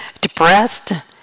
depressed